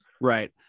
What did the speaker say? Right